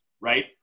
Right